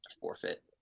forfeit